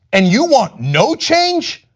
and you want no change?